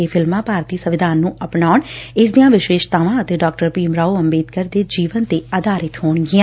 ਇਹ ਫਿਲਮਾ ਭਾਰਤੀ ਸੰਵਿਧਾਨ ਨੂੰ ਅਪਣਾਉਣ ਇਸਦੀਆਂ ਵਿਸ਼ੇਸ਼ਤਾਵਾਂ ਅਤੇ ਡਾ ਭੀਮ ਰਾਓ ਅੰਬੇਡਕਰ ਦੇ ਜੀਵਨ ਤੇ ਆਧਾਰਿਤ ਹੋਣਗੀਆਂ